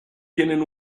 tienen